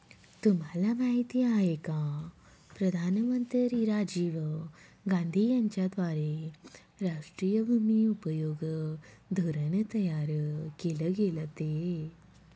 तुम्हाला माहिती आहे का प्रधानमंत्री राजीव गांधी यांच्याद्वारे राष्ट्रीय भूमि उपयोग धोरण तयार केल गेलं ते?